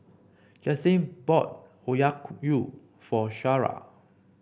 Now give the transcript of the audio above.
Jaclyn bought for Shara